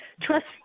Trust